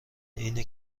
اینه